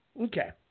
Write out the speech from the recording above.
okay